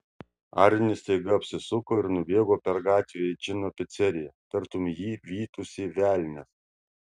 arnis staiga apsisuko ir nubėgo per gatvę į džino piceriją tartum jį vytųsi velnias